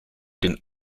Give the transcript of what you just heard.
den